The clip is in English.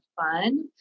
fun